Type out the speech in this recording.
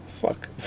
Fuck